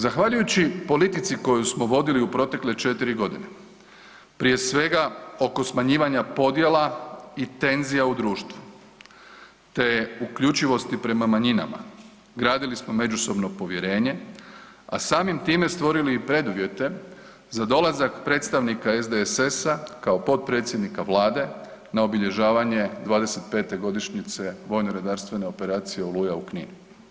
Zahvaljujući politici koju smo vodili u protekle 4 godine prije svega oko smanjivanja podjela i tenzija u društvu te uključivosti prema manjinama gradili smo međusobno povjerenje, a samim time i stvorili preduvjete za dolazak predstavnika SDSS-a kao potpredsjednika Vlade na obilježavanje 25-te godišnje vojno redarstvene operacije Oluja u Knin.